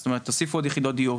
זאת אומרת תוסיפו עוד יחידות דיור,